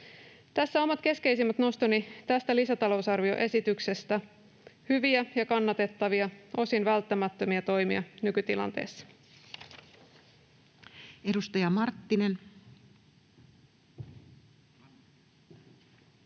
Tässä omat keskeisimmät nostoni tästä lisätalousarvioesityksestä — hyviä ja kannatettavia, osin välttämättömiä toimia nykytilanteessa. [Speech